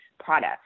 Products